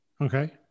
Okay